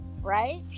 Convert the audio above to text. Right